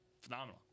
phenomenal